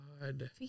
God